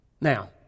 Now